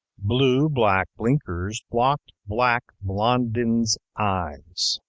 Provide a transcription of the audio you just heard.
blue black blinkers blocked black blondin's eyes.